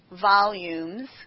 volumes